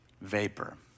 vapor